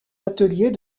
ateliers